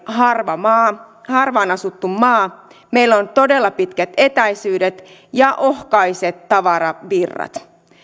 harvaan asuttu maa meillä on todella pitkät etäisyydet ja ohkaiset tavaravirrat